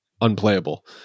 unplayable